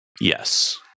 Yes